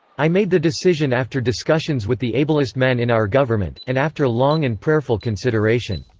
i made the decision after discussions with the ablest men in our government, and after long and prayerful consideration.